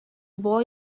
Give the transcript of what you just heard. boy